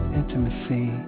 intimacy